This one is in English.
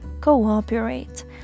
cooperate